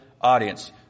audience